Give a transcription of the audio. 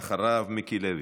ואחריו, מיקי לוי.